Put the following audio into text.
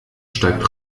steigt